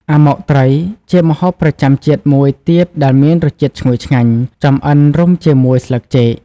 អាម៉ុកត្រី ជាម្ហូបប្រចាំជាតិមួយទៀតដែលមានរសជាតិឈ្ងុយឆ្ងាញ់ ចម្អិនរុំជាមួយស្លឹកចេក ។